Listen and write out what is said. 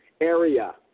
area